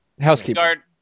Housekeeper